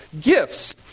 gifts